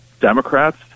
Democrats